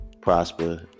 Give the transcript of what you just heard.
prosper